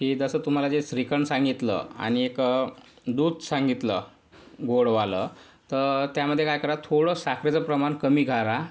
की जसं तुम्हाला जे श्रीखंड सांगितलं आणिक दूध सांगितलं गोडवालं तर त्यामध्ये काय करा थोडं साखरेचं प्रमाण कमी करा